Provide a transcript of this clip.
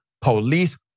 police